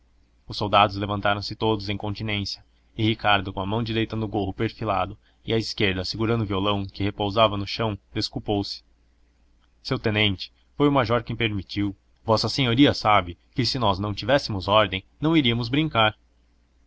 os soldados levantaram-se todos em continência e ricardo com a mão direita no gorro perfilado e a esquerda segurando o violão que repousava no chão desculpou-se seu tenente foi o major quem permitiu vossa senhoria sabe que se nós não tivéssemos ordem não iríamos brincar